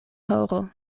horo